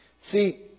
See